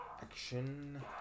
action